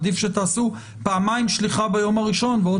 עדיף שתעשו פעמיים שליחה ביום הראשון ועוד